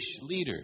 leaders